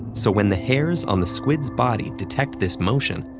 so when the hairs on the squid's body detect this motion,